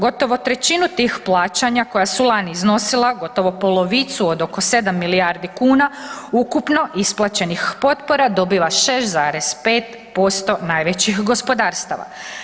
Gotovo trećinu tih plaćanja koja su lani iznosila gotovo polovicu od oko 7 milijardi kuna ukupno isplaćenih potpora dobiva 6,5% najvećih gospodarstava.